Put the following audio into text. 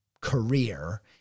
career